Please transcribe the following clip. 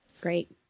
Great